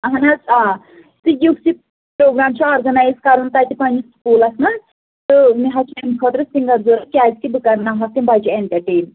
اہن حظ آ تہٕ یُس یہِ پروگرٛام چھُ آرگَنایِز کَرُن تَتہِ پننِس سُکوٗلَس منٛز تہٕ مےٚ حظ چھُ اَمہِ خٲطرٕ سِنٛگر ضروٗرت کیٛازِکہِ بہٕ کَرناوہاکھ تِم بَچہِ ایٚنٹَرٹین